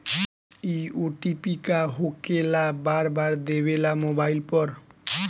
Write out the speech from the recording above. इ ओ.टी.पी का होकेला बार बार देवेला मोबाइल पर?